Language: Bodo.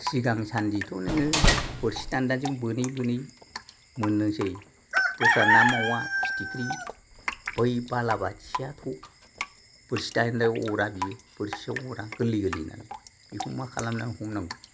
सिगां सान्दिथ' नोङो बोरसि दान्दाजों बोनै बोनै मोननोसै दस्रा ना मावा फिथिख्रि बै बालाबाथियाथ' बोरसि दान्दायाव अरा बियो बोरसियाव अरा गोरलै गोरलै नालाय बेखौ मा खालामना हमनांगौ